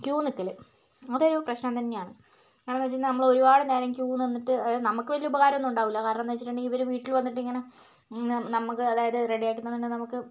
Q നിൽക്കല് അതൊരു പ്രശ്നം തന്നെയാണ് കാരണമെന്ന് വെച്ച് കഴിഞ്ഞാൽ നമ്മൾ ഒരുപാട് നേരം ക്യൂ നിന്നിട്ട് നമുക്ക് വലിയ ഉപകാരമൊന്നുമുണ്ടാകില്ല കാരണമെന്ന് വെച്ചിട്ടുണ്ടെങ്കിൽ ഇവർ വീട്ടിൽ വന്നിട്ടിങ്ങനെ നമുക്ക് അതായത് റെഡിയാക്കി